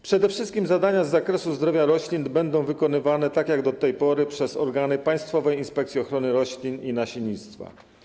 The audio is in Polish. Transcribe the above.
Przede wszystkim zadania z zakresu zdrowia roślin będą wykonywane, tak jak do tej pory, przez organy Państwowej Inspekcji Ochrony Roślin i Nasiennictwa.